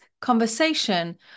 conversation